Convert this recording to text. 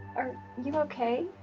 are you okay?